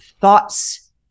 thoughts